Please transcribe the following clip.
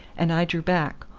and i drew back,